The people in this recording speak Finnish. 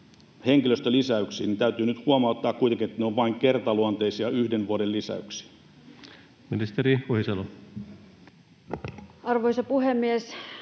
henkilöstölisäyksiä, niin täytyy nyt huomauttaa kuitenkin, että ne ovat vain kertaluonteisia yhden vuoden lisäyksiä. Ministeri Ohisalo. Arvoisa puhemies!